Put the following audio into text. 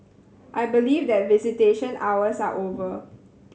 I believe that visitation hours are over